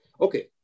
Okay